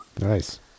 nice